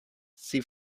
see